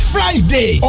Friday